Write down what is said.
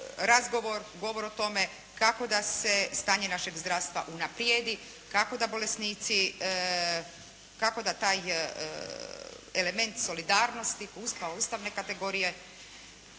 razgovor, govor o tome kako da se stanje našeg zdravstva unaprijedi, kako da bolesnici, kako da taj element solidarnosti ustavne kategorije